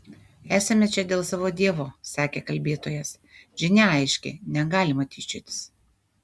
esame čia dėl savo dievo sakė kalbėtojas žinia aiški negalima tyčiotis